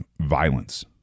violence